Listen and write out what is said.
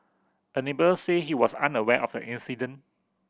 a neighbour said he was unaware of the incident